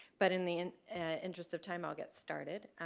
but in the interest of time i'll get started.